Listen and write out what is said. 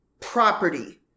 property